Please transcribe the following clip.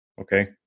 Okay